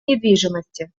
недвижимости